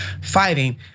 fighting